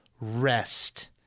Rest